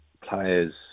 players